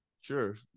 Sure